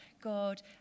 God